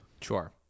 Sure